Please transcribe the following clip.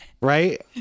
Right